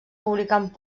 publicant